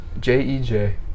j-e-j